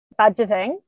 budgeting